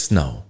now